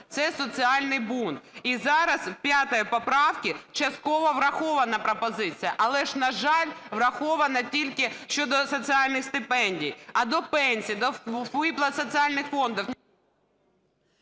це соціальний бунт. І зараз в 5 поправці частково врахована пропозиція, але ж, на жаль, врахована тільки щодо соціальних стипендій, а до пенсій, до виплат із соціальних фондів…